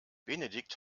benedikt